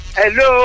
hello